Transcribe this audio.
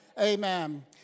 Amen